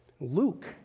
Luke